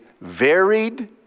varied